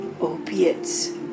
opiates